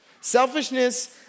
Selfishness